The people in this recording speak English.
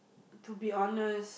to be honest